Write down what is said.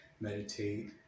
meditate